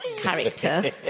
character